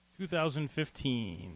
2015